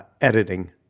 editing